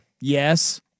Yes